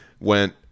went